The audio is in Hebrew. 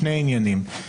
שני עניינים.